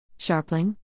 Sharpling